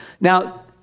Now